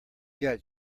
got